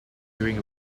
during